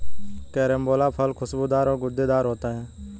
carambola फल खुशबूदार और गूदेदार होते है